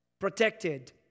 protected